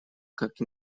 как